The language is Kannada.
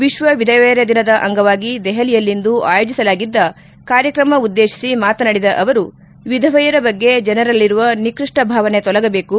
ವಿಶ್ವ ವಿಧವೆಯರ ದಿನದ ಅಂಗವಾಗಿ ದೆಹಲಿಯಲ್ಲಿಂದು ಆಯೋಜಿಸಲಾಗಿದ್ದ ಕಾರ್ಯಕ್ರಮ ಉದ್ದೇಶಿಸಿ ಮಾತನಾಡಿದ ಅವರು ವಿಧವೆಯರ ಬಗ್ಗೆ ಜನರಲ್ಲಿರುವ ನಿಕೃಷ್ಣ ಭಾವನೆ ತೊಲಗಬೇಕು